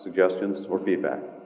suggestions? or feedback?